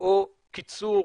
או קיצור